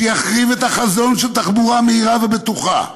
שיחריב את החזון של תחבורה מהירה ובטוחה.